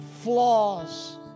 flaws